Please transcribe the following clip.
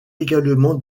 également